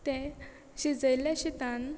ते शिजयल्या शितान